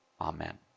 Amen